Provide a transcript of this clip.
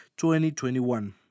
2021